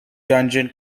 dungeon